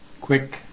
quick